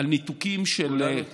כולנו תקווה.